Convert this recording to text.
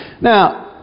Now